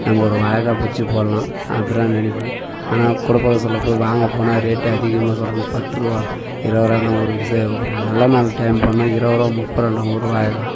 நம்ம ஒரு வாழைக் காய் பஜ்ஜி போடலாம் அப்புறம் நினைப்போம் ஆனால் கூட போய் சொல்ல போய் வாங்கப் போனால் ரேட்டு அதிகமாக சொல்கிறாங்க பத்து ரூபா இருபது ரூபான்னாங்க ஒரு ச ஒரு நல்ல நாள் டைம் போனால் இருபது ரூபா முப்பது ரூபான்னாங்க ஒரு வாழைக் காய்